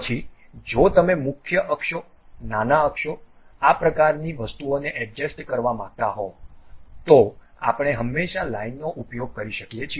પછી જો તમે મુખ્ય અક્ષો નાના અક્ષો આ પ્રકારની વસ્તુઓને એડજસ્ટ કરવા માંગતા હો તો આપણે હંમેશાં લાઇનનો ઉપયોગ કરી શકીએ છીએ